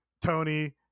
tony